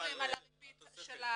הריבית,